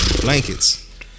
blankets